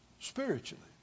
spiritually